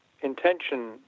intention